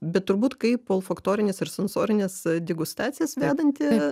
bet turbūt kaip olfaktorines ir sensorines degustacijas vedanti